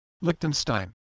Liechtenstein